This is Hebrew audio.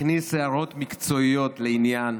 הכניס הערות מקצועיות, לעניין.